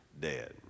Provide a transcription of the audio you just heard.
dead